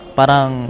parang